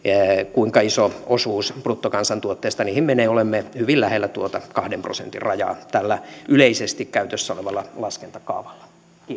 kuinka iso osuus bruttokansantuotteesta niihin menee olemme hyvin lähellä tuota kahden prosentin rajaa tällä yleisesti käytössä olevalla laskentakaavalla